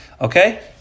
Okay